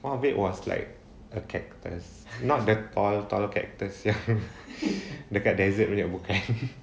one of it was like a cactus not the tall tall cactus ya dekat desert punya bukan